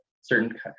certain